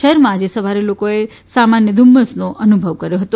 શહેરમાં આજે સવારે લોકોએ સામાન્ય ધુમ્મસનો અનુભવ કર્યો હતો